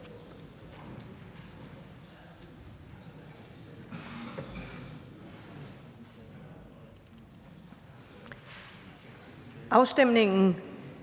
Afstemningen